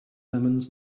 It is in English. lemons